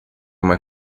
uma